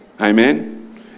Amen